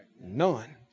None